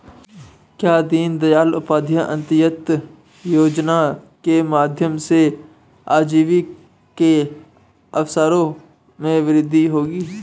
क्या दीन दयाल उपाध्याय अंत्योदय योजना के माध्यम से आजीविका के अवसरों में वृद्धि होगी?